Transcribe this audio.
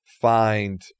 find